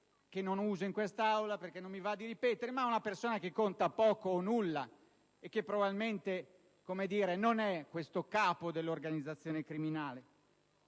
che non userò in quest'Aula, perché non mi va di ripeterla, ma diciamo che conta poco o nulla, e che probabilmente non è il capo dell'organizzazione criminale?